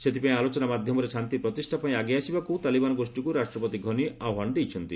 ସେଥିପାଇଁ ଆଲୋଚନା ମାଧ୍ୟମରେ ଶାନ୍ତି ପ୍ରତିଷ୍ଠା ପାଇଁ ଆଗେଇ ଆସିବାକୁ ତାଲିବାନ ଗୋଷ୍ଠୀକୁ ରାଷ୍ଟ୍ରପତି ଘନି ଆହ୍ପାନ ଦେଇଛନ୍ତି